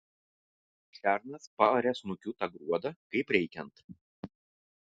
šernas paarė snukiu tą gruodą kaip reikiant